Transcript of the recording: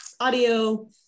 audio